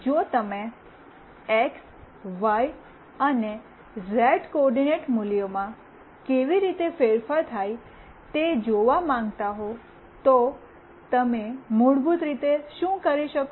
જો તમેએક્સ વાય અને ઝેડ કોઓર્ડિનેટ મૂલ્યોમાં કેવી રીતે ફેરફાર થાય તે જોવા માંગતા હો તો તમે મૂળભૂત રીતે શું કરી શકો